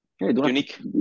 unique